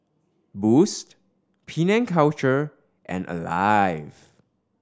Boost Penang Culture and Alive